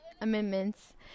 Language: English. amendments